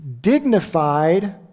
Dignified